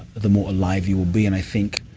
the more alive you will be. and i think